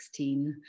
2016